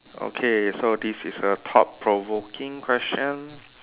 okay so this is a thought provoking question